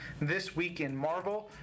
ThisWeekinMarvel